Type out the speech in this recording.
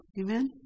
Amen